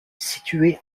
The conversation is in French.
situées